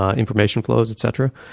ah information flows, etc.